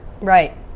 Right